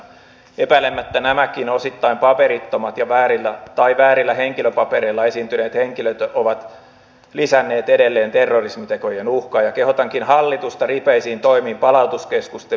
epäilemättä nämäkin osittain paperittomat tai väärillä henkilöpapereilla esiintyneet henkilöt ovat lisänneet edelleen terrorismitekojen uhkaa ja kehotankin hallitusta ripeisiin toimiin palautuskeskusten perustamiseksi